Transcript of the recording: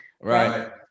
right